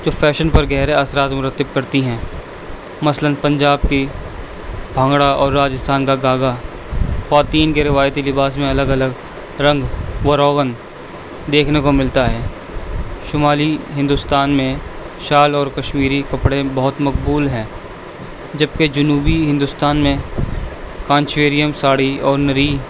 جو فیشن پر گہرے اثرات مرتب کرتی ہیں مثلاً پنجاب کی بھنگڑا اور راجستھان کا گاگا خواتین کے روایتی لباس میں الگ الگ رنگ و روغن دیکھنے کو ملتا ہے شمالی ہندوستان میں شال اور کشمیری کپڑے بہت مقبول ہیں جب کہ جنوبی ہندوستان میں کانچیریم ساڑھی اور نری